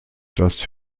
das